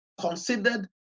considered